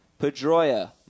Pedroia